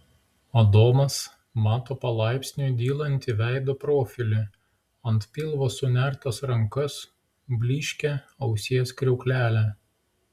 adomas mato palaipsniui dylantį veido profilį ant pilvo sunertas rankas blyškią ausies kriauklelę